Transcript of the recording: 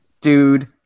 dude